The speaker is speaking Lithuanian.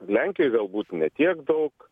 lenkijoj galbūt ne tiek daug